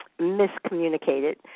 miscommunicated